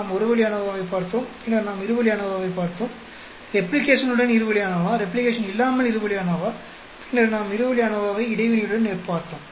நாம் ஒரு வழி அநோவாவைப் பார்த்தோம் பின்னர் நாம் இருவழி அநோவாவைப் பார்த்தோம் ரெப்ளிகேஷனுடன் இரு வழி அநோவா ரெப்ளிகேஷன் இல்லாமல் இரு வழி அநோவா பின்னர் நாம் இருவழி அநோவாவை இடைவினையுடன் பார்த்தோம்